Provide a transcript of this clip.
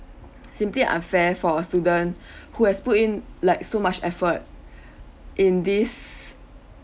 simply unfair for a student who has put in like so much effort in this